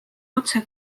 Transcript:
otse